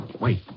Wait